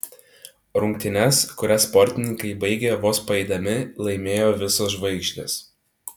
rungtynes kurias sportininkai baigė vos paeidami laimėjo visos žvaigždės